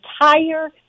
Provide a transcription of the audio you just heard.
entire